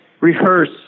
rehearse